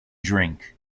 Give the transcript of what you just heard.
drink